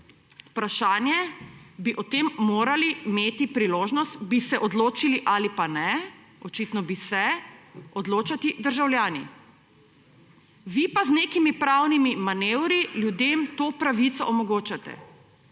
vprašanje, bi o tem morali imeti priložnost − bi se odločili ali pa ne, očitno bi se, − odločati državljani. Vi pa z nekimi pravnimi manevri ljudem to pravico onemogočate.